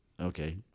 Okay